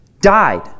died